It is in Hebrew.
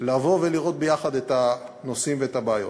לראות ביחד את הנושאים והבעיות.